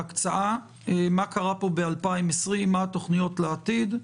בהקצאה, מה קרה פה ב-2020, מה התכניות לעתיד.